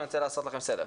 אני רוצה לעשות לכם סדר.